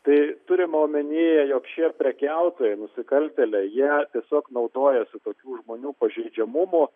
tai turim omenyje jog šie prekiautojai nusikaltėliai jie tiesiog naudojasi tokių žmonių pažeidžiamumu